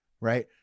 Right